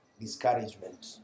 Discouragement